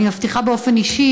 אני מבטיחה באופן אישי,